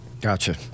Gotcha